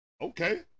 Okay